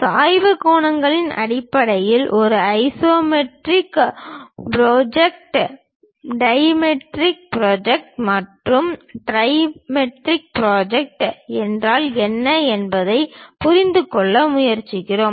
சாய்வு கோணங்களின் அடிப்படையில் ஒரு ஐசோமெட்ரிக் ப்ரொஜெக்ட் டைமெட்ரிக் ப்ராஜெக்ட் மற்றும் ட்ரைமெட்ரிக் ப்ராஜெக்ட் என்றால் என்ன என்பதைப் புரிந்துகொள்ள முயற்சிக்கிறோம்